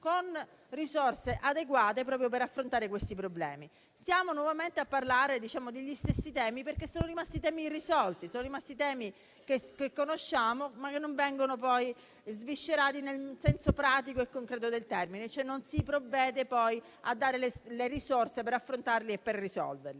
con risorse adeguate proprio per affrontare questi problemi. Siamo nuovamente a parlare degli stessi temi perché sono rimasti irrisolti; sono rimasti temi che conosciamo, ma che non vengono poi sviscerati nel senso pratico e concreto del termine, cioè non si provvede poi a dare le risorse per affrontarli e per risolverli.